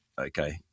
okay